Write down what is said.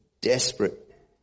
desperate